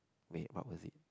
wait what was it